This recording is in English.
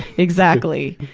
exactly.